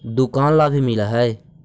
दुकान ला भी मिलहै?